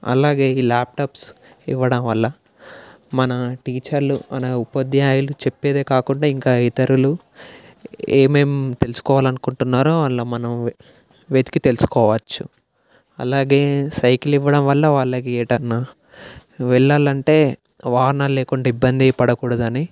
అలాగే ఈ ల్యాప్టాట్స్ ఇవ్వడం వల్ల మన టీచర్లు అన ఉపాధ్యాయులు చెప్పేదే కాకుండా ఇంకా ఇతరులు ఏమేమి తెలుసుకోవాలనుకుంటున్నారో అందులో మనం వెతికి తెలుసుకోవచ్చు అలాగే సైకిల్ ఇవ్వడం వల్ల వాళ్ళకి ఎటన్నా వెళ్ళాలంటే వాహనాలు లేకుంటే ఇబ్బంది పడకూడదని